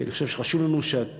כי אני חושב שחשוב לנו שהשלטון,